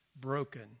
broken